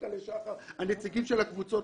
הנציגים של הקבוצות,